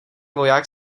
voják